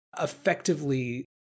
effectively